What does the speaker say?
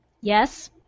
Yes